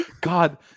god